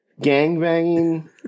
gangbanging